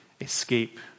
escape